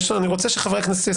אני רוצה שחברי הכנסת יסיימו לדבר.